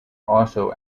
also